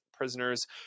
prisoners